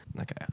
Okay